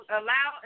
allow